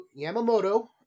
Yamamoto